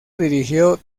dirigió